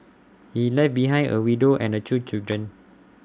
he left behind A widow and the two children